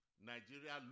Nigeria